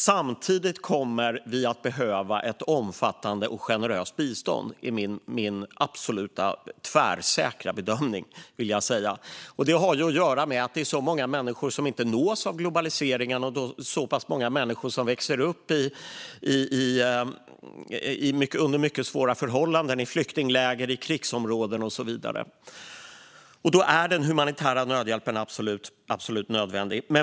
Samtidigt kommer vi att behöva ett omfattande och generöst bistånd. Det är min tvärsäkra bedömning, vill jag säga. Det har att göra med att det är många människor som inte nås av globaliseringen och många människor som växer upp under mycket svåra förhållanden i flyktingläger, i krigsområden och så vidare. Då är den humanitära nödhjälpen absolut nödvändig.